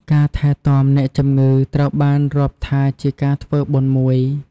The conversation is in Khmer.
ការថែទាំអ្នកជម្ងឺត្រូវបានរាប់ថាជាការធ្វើបុណ្យមួយ។